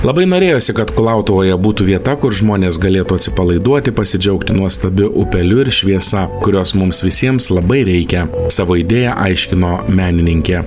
labai norėjosi kad kulautuvoje būtų vieta kur žmonės galėtų atsipalaiduoti pasidžiaugti nuostabiu upeliu ir šviesa kurios mums visiems labai reikia savo idėją aiškino menininkė